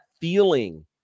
feeling